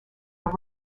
are